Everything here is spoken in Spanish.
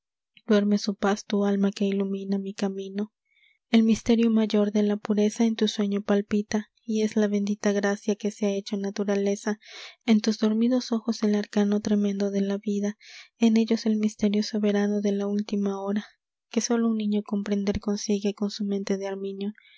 duerme su paz tu alma que ilumina mi camino el misterio mayor de la pureza en tu sueño palpita y es la bendita gracia que se ha hecho naturaleza en tus dormidos ojos el arcano tremendo de la vida en ellos el misterio soberano de la última hora que sólo un niño comprender consigue con su mente de